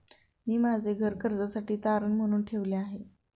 मी माझे घर कर्जासाठी तारण म्हणून ठेवले आहे